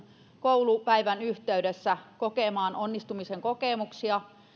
koulupäivän yhteydessä kokemaan onnistumisen kokemuksia